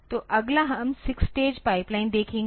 तो अगला हम सिक्स स्टेज पाइपलाइन देखेंगे